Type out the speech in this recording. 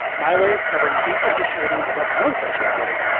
my way of covering deep insecurities about my own sexuality.